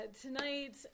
Tonight